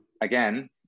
again